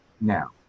Now